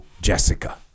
Jessica